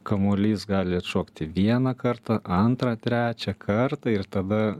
kamuolys gali atšokti vieną kartą antrą trečią kartą ir tada